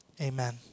amen